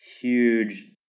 huge